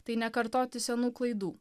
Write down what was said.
tai nekartoti senų klaidų